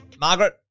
Margaret